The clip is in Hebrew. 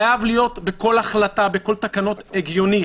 חייבת להיות החלטה הגיונית.